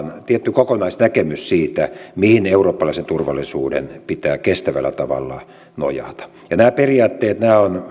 tietty kokonaisnäkemys siitä mihin eurooppalaisen turvallisuuden pitää kestävällä tavalla nojata nämä periaatteet on